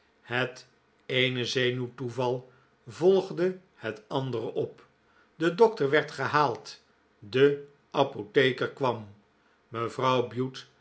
het eene zenuwtoeval volgde het andere op de dokter werd gehaald de apotheker kwam mevrouw bute